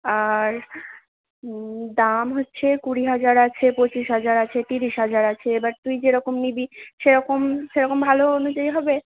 আর দাম হচ্ছে কুড়ি হাজার আছে পঁচিশ হাজার আছে ত্রিশ হাজার আছে এবার তুই যেরকম নিবি সেরকম সেরকম ভালো অনুযায়ী হবে